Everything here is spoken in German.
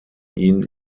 ihn